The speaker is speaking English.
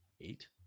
eight